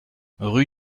rue